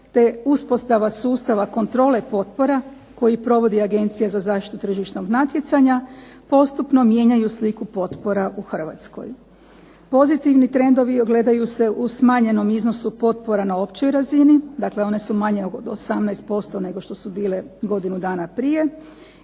te uspostava sustava kontrole potpora koje provodi Agencija za zaštitu tržišnog natjecanja postupno mijenjaju sliku potpora u Hrvatskoj. Pozitivni trendovi ogledaju se u smanjenom iznosu potpora na općoj razini, dakle one su manje 18% nego što su bile godinu dana prije,